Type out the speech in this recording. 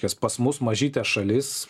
kas pas mus mažytė šalis